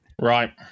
Right